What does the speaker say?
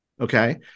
okay